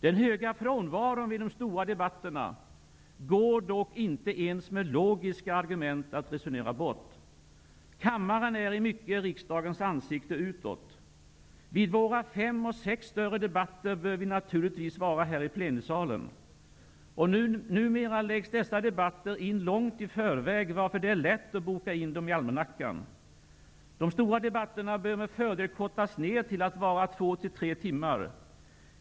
Den höga frånvaron vid de stora debatterna går dock inte att resonera bort ens med logiska argument. Kammaren är i mycket riksdagens ansikte utåt. Vid våra fem à sex större debatter bör vi naturligtvis vara här i plenisalen. Numera läggs dessa debatter in långt i förväg, varför det är lätt att boka in dem i almanackan. De stora debatterna bör med fördel kortas ner till att vara två till tre timmar.